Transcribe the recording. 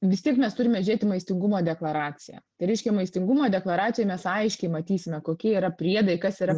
vis tiek mes turime žiūrėt į maistingumo deklaraciją tai reiškia maistingumo deklaracijoj mes aiškiai matysime kokie yra priedai kas yra